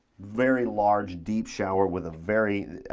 very large, deep shower with a very,